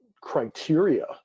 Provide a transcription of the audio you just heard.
criteria